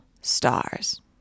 stars